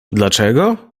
dlaczego